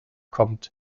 kommt